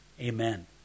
Amen